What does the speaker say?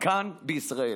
כאן בישראל.